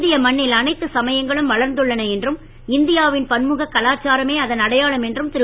இந்திய மண்ணில் அனைத்து சமயங்களும் வளர்ந்துள்ளன என்றும் இந்தியாவின் பன்முகக் கலாச்சாரமே அதன் அடையாளம் என்றும் திரு